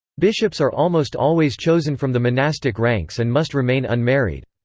bishops are almost always chosen from the monastic ranks and must remain unmarried.